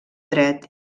dret